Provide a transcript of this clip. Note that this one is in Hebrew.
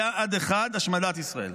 יעד אחד: השמדת ישראל.